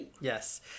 yes